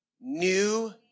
new